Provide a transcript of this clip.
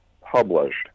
published